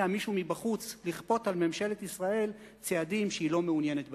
מישהו מבחוץ לכפות על ממשלת ישראל צעדים שהיא לא מעוניינת בהם.